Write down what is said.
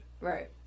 Right